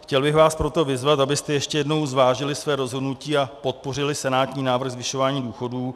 Chtěl bych vás proto vyzvat, abyste ještě jednou zvážili své rozhodnutí a podpořili senátní návrh zvyšování důchodů.